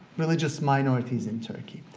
religious minorities in turkey,